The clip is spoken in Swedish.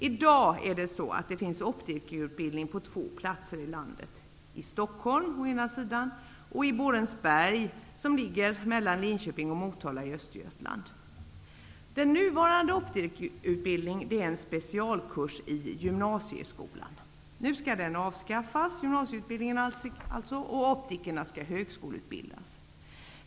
I dag finns det optikerutbildning på två platser i landet: i Stockholm och i Borensberg, som ligger mellan Linköping och Motala i Östergötland. Den nuvarande optikerutbildningen är en specialkurs i gymnasieskolan. Nu skall gymnasieutbildningen avskaffas, och optikerna skall högskoleutbildas.